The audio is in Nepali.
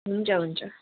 हुन्छ हुन्छ